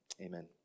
Amen